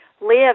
live